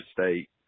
State